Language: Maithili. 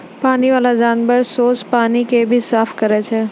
पानी बाला जानवर सोस पानी के भी साफ करै छै